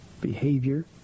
behavior